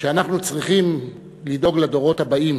שאנחנו צריכים לדאוג לדורות הבאים